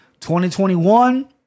2021